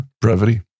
Brevity